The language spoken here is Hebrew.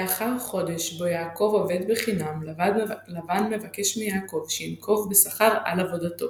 לאחר חודש בו יעקב עובד בחינם לבן מבקש מיעקב שינקוב בשכר על עבודתו.